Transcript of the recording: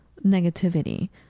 negativity